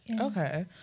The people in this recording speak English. Okay